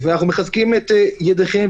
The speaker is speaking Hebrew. אנחנו מחזקים את ידיכם,